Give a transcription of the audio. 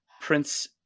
Prince